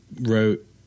wrote